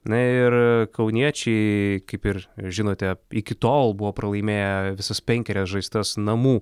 na ir kauniečiai kaip ir žinote iki tol buvo pralaimėję visas penkerias žaistas namų